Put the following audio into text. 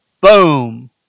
Boom